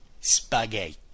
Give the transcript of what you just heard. spaghetti